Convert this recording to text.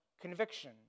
conviction